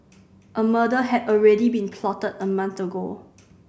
a murder had already been plotted a month ago